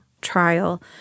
trial